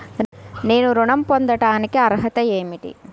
నేను ఋణం పొందటానికి అర్హత ఏమిటి?